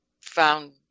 found